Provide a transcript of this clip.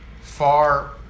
far